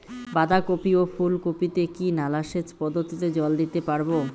বাধা কপি ও ফুল কপি তে কি নালা সেচ পদ্ধতিতে জল দিতে পারবো?